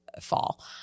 fall